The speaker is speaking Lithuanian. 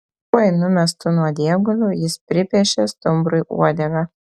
tuoj numestu nuodėguliu jis pripiešė stumbrui uodegą